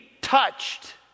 touched